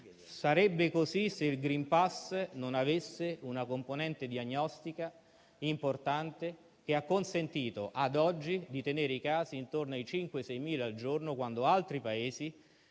sarebbe così se il *green pass* non avesse una componente diagnostica importante che ha consentito, a oggi, di tenere i casi intorno ai 5.000-6.000 al giorno quando altri Paesi